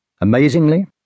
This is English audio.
Amazingly